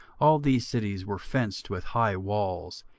all these cities were fenced with high walls,